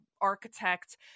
Architect